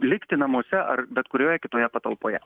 likti namuose ar bet kurioje kitoje patalpoje